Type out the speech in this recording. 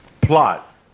Plot